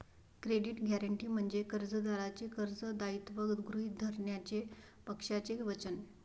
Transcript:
credit guarantee म्हणजे कर्जदाराचे कर्ज दायित्व गृहीत धरण्याचे पक्षाचे वचन